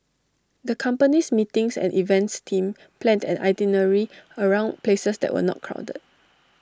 the company's meetings and events team planned an itinerary around places that were not crowded